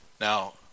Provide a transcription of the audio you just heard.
Now